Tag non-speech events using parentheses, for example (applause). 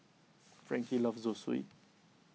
(noise) Frankie loves Zosui